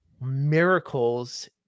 miracles